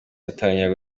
atangira